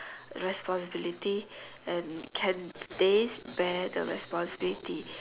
responsibility and can they bear the responsibility